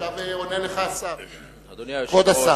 עכשיו עונה לך כבוד השר.